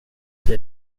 det